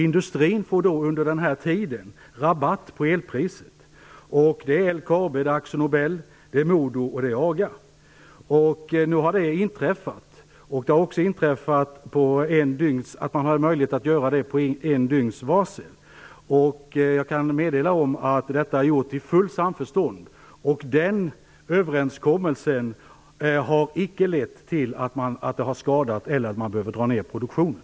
Industrin får under den tiden rabatt på elpriset. Det gäller LKAB, Akzo Nu har det inträffat. Man har möjlighet att göra det med ett dygns varsel. Jag kan meddela att detta har gjorts i fullt samförstånd. Den överenskommelsen har inte lett till någon skada eller neddragning av produktionen.